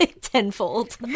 tenfold